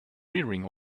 rearing